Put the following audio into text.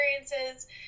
experiences